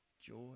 joy